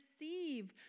receive